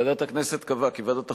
ועדת הכנסת קבעה כך: ועדת החוקה,